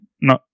no